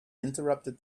interrupted